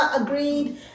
agreed